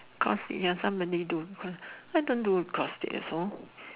cause ya somebody do cause I don't do cause so